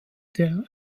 der